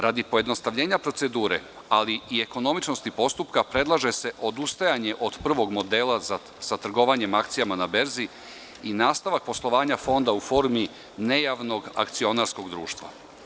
Radi pojednostavljenja procedure, ali i ekonomičnosti postupka, predlaže se odustajanje od prvog modela sa trgovanjem akcijama na berzi i nastavak poslovanja fonda u formi nejavnog akcionarskog društva.